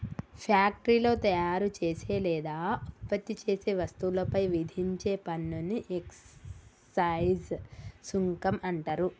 ఫ్యాక్టరీలో తయారుచేసే లేదా ఉత్పత్తి చేసే వస్తువులపై విధించే పన్నుని ఎక్సైజ్ సుంకం అంటరు